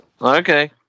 Okay